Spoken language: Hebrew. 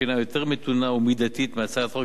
שהינה יותר מתונה ומידתית מהצעת החוק,